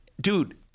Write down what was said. Dude